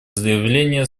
заявления